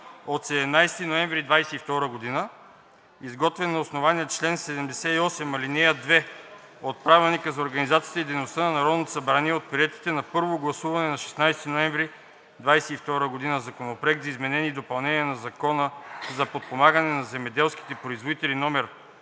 от 17 ноември 2022 г., изготвен на основание чл. 78, ал. 2 от Правилника за организацията и дейността на Народното събрание от приетите на първо гласуване на 16 ноември 2022 г. Законопроект за изменение и допълнение на Закона за подпомагане на земеделските производители,